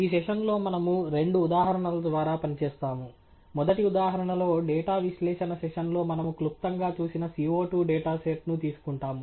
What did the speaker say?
ఈ సెషన్లో మనము రెండు ఉదాహరణల ద్వారా పని చేస్తాము మొదటి ఉదాహరణలో డేటా విశ్లేషణ సెషన్లో మనము క్లుప్తంగా చూసిన CO2 డేటా సెట్ ను తీసుకుంటాము